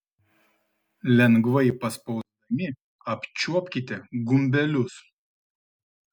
lengvai paspausdami apčiuopkite gumbelius